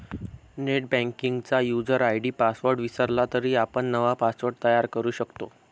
नेटबँकिंगचा user ID password विसरला तरी आपण नवा पासवर्ड तयार करू शकतो